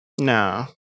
No